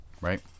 right